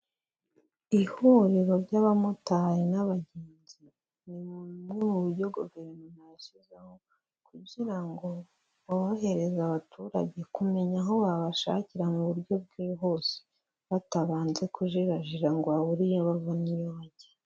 Ihuriro ry'abamotari n'abagenzi, ni bumwe mu buryo guverinoma yashyizeho kugira ngo borohereze abaturage kumenya aho babashakira mu buryo bwihuse batabanje kujirajira ngo babure iyo bava n'iyo bajya.